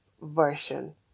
version